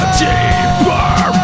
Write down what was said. deeper